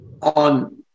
on